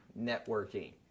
networking